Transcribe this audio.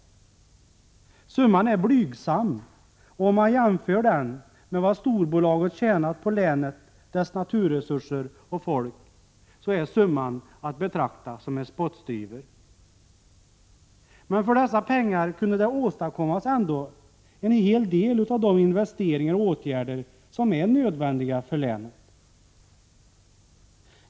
Summan är blygsam, och om man jämför den med vad storbolaget tjänat på länet, på dess naturresurser och folk, så är summan att betrakta som en spottstyver. Men för dessa pengar kunde man ändå åstadkomma en hel del av de investeringar och åtgärder som är nödvändiga för länet.